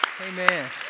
Amen